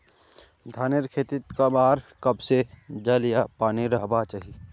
धानेर खेतीत कब आर कब से जल या पानी रहबा चही?